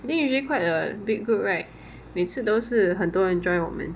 then usually quite a big group right 每次都是很多人 join 我们